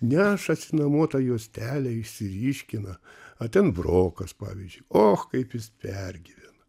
nešasi namo tą juostelę išsiryškina o ten brokas pavyzdžiui och kaip jis pergyvena